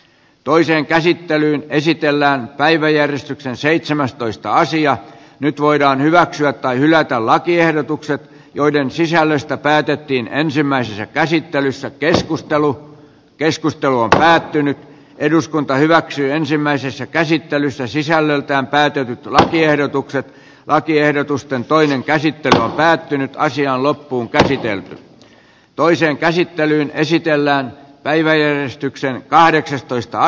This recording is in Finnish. toiseen käsittelyyn esitellään päiväjärjestyksen seitsemästoista sija nyt voidaan hyväksyä tai hylätä lakiehdotukset joiden sisällöstä päätettiin ensimmäisessä käsittelyssä keskustelu keskustelu on päättynyt eduskunta hyväksyi ensimmäisessä käsittelyssä sisällöltään päätetyt lakiehdotukset lakiehdotusten toinen käsittely on päättynyt ja asia loppuunkäsitellä toiseen käsittelyyn esitellään päivö esityksen kahdeksastoista